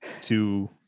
to-